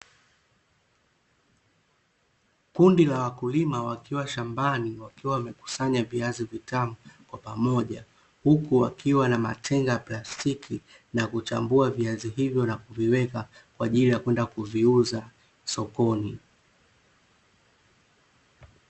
Kundi la wakulima wakiwa shambani wakiwa wamekusanya viazi vitamu kwa pamoja, huku wakiwa na matenga ya plastiki na kuchambua viazi hivyo na kuviwekwa kwa ajili ya kwenda kuviuza sakoni.